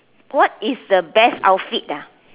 what is the best outfit ah